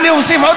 ויתרה